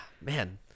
Man